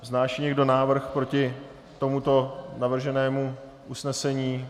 Vznáší někdo námitku proti tomuto navrženému usnesení?